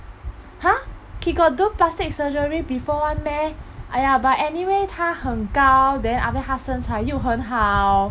!huh! he got do plastic surgery before one meh !aiya! but anyway 他很高 then after that 他身材又很好